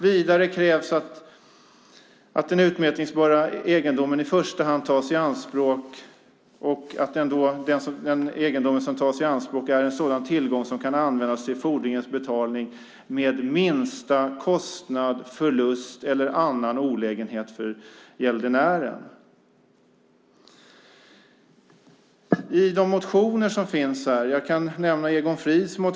Vidare krävs i första hand att den utmätningsbara egendom som tas i anspråk är en sådan tillgång som kan användas till fordringens betalning med minsta kostnad, förlust eller annan olägenhet för gäldenären.